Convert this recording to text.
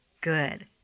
Good